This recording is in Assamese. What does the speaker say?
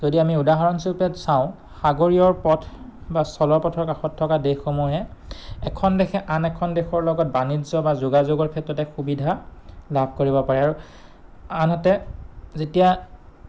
যদি আমি উদাহৰণস্বৰূপেত চাওঁ সাগৰীয়ৰ পথ বা স্থল পথৰ কাষত থকা দেশসমূহে এখন দেশে আন এখন দেশৰ লগত বাণিজ্য বা যোগাযোগৰ ক্ষেত্ৰতে সুবিধা লাভ কৰিব পাৰে আৰু আনহাতে যেতিয়া